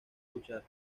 luchar